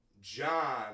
John